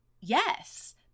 yes